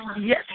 Yes